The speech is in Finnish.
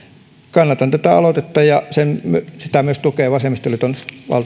kannatan tätä aloitetta ja sitä tukee myös vasemmistoliiton